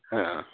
ಹಾಂ